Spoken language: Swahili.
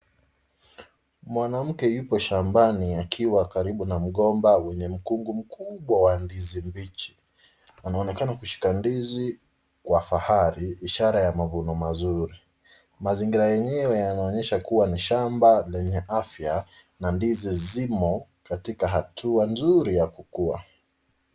Mwanamke yupo shambani akiwa karibu na mgomba wenye mkungu mkubwa na ndizi mbichi. Anaonekana kushika ndizi kwa fahari ishara ya mavuno mazuri. Mazingira yenyewe yanaonyesha kuwa ni shamba lenye afya na ndizi zimo katika hatua mzuri ya kukuwa.